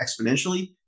exponentially